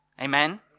Amen